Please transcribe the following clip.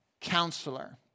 counselor